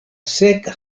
seka